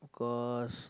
cause